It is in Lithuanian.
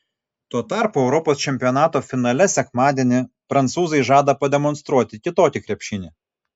tuo tarpu europos čempionato finale sekmadienį prancūzai žada pademonstruoti kitokį krepšinį